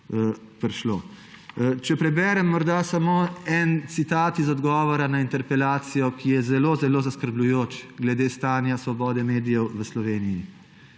prišlo. Če preberem morda samo en citat iz odgovora na interpelacijo, ki je zelo zelo zaskrbljujoč glede stanja svobode medijev v Sloveniji.